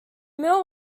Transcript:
mill